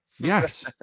Yes